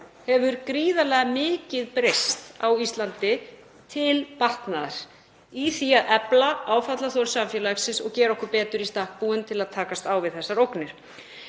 hefur gríðarlega mikið breyst á Íslandi til batnaðar í því að efla áfallaþol samfélagsins og gera okkur betur í stakk búin til að takast á við þessar ógnir.